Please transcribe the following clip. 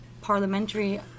parliamentary